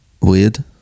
weird